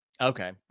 Okay